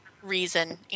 reason